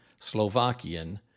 Slovakian